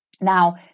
Now